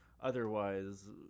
otherwise